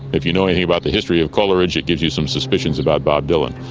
if you know anything about the history of coleridge it gives you some suspicions about bob dylan.